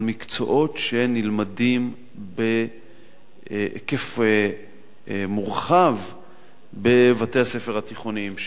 מקצועות שנלמדים בהיקף מורחב בבתי-הספר התיכוניים שלנו.